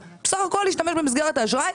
אלא בסך הכול השתמש במסגרת האשראי.